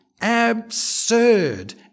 absurd